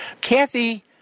Kathy